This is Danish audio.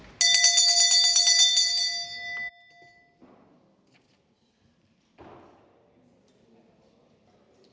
Hvad er det,